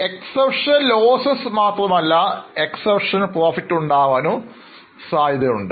Exceptional losses മാത്രമല്ല Exceptional profits ഉണ്ടാകാനും സാധ്യതയുണ്ട്